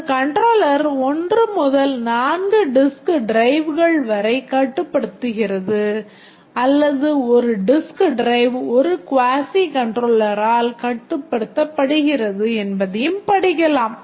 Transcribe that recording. ஒரு கண்ட்ரோலர் 1 முதல் 4 disk driveகள் வரை கட்டுப்படுத்துகிறது அல்லது ஒரு disk drive 1 quasi கண்ட்ரோலரால் கட்டுப்படுத்தப்படுகிறது என்பதையும் படிக்கலாம்